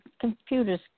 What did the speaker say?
computers